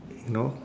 know